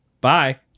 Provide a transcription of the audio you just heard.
Bye